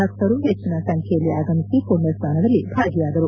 ಭಕ್ತರು ಹೆಚ್ಚಿನ ಸಂಖ್ಯೆಯಲ್ಲಿ ಆಗಮಿಸಿ ಮಣ್ಣ ಸ್ನಾನದಲ್ಲಿ ಭಾಗಿಯಾದರು